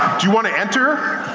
do you wanna enter?